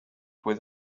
with